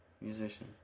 Musician